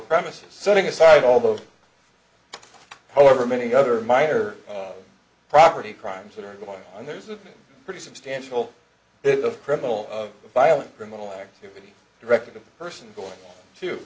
premises setting aside all those however many other minor property crimes that are going on there's a pretty substantial bit of criminal of a violent criminal activity directed the person going to